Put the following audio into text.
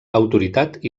autoritat